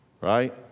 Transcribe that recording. right